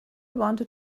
wanted